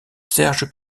serge